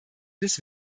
des